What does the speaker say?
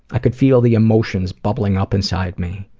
i could feel the emotions bubbling up inside me.